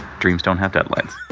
dreams don't have deadlines